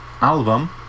album